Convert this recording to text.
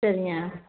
சரிங்க